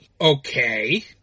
okay